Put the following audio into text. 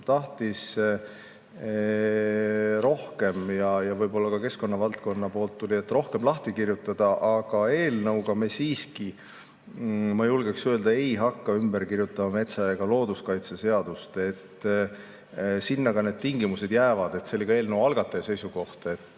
tahtis rohkem, ja võib-olla ka keskkonnavaldkonna inimestelt tuli palve rohkem lahti kirjutada. Aga eelnõuga me siiski, ma julgeks öelda, ei hakka me ümber kirjutama metsa- ega looduskaitseseadust. Sinna ka need tingimused jäävad. See oli ka eelnõu algataja seisukoht. Me